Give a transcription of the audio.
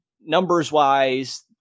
numbers-wise